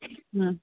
हम्म